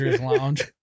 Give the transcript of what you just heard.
lounge